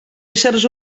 éssers